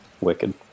Wicked